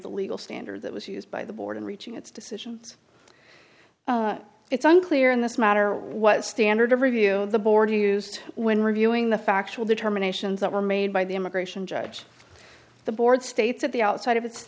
the legal standard that was used by the board in reaching its decisions it's unclear in this matter what standard of review the board used when reviewing the factual determination that were made by the immigration judge the board states at the outside of it's